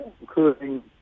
including